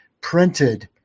printed